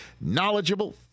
knowledgeable